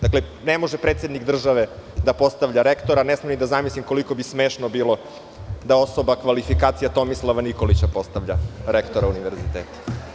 Dakle, ne može predsednik države da postavlja rektora, ne smem ni da zamislim koliko bi smešno bilo da osoba kvalifikacija Tomislava Nikolića postavlja rektora univerziteta.